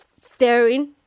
staring